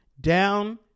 down